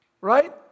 Right